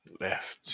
left